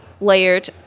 layered